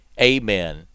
amen